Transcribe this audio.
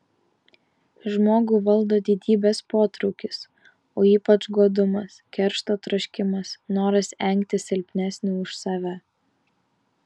žmogų valdo didybės potraukis o ypač godumas keršto troškimas noras engti silpnesnį už save